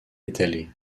étalé